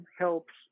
helps